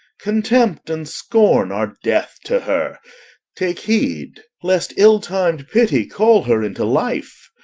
contempt and scorn are death to her take heed lest ill-timed pity call her into life.